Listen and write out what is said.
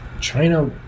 China